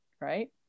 right